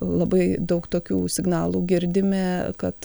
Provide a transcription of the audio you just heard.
labai daug tokių signalų girdime kad